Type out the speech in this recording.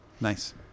nice